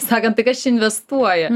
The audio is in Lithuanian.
sakant tai kas čia investuoja